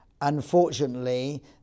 Unfortunately